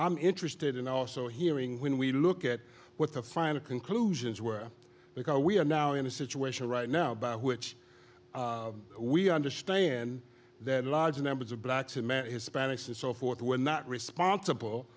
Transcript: i'm interested in also hearing when we look at what the final conclusions were like oh we are now in a situation right now by which we understand that large numbers of blacks amat hispanics and so forth were not responsible